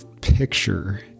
picture